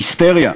היסטריה.